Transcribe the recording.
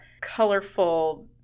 colorful